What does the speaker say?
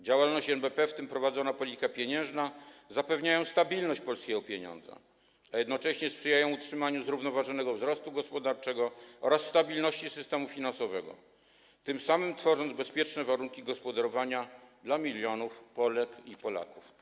Działalność NBP, w tym prowadzona polityka pieniężna, zapewniają stabilność polskiego pieniądza, a jednocześnie sprzyjają utrzymaniu zrównoważonego wzrostu gospodarczego oraz stabilności systemu finansowego, tym samym tworząc bezpieczne warunki gospodarowania dla milionów Polek i Polaków.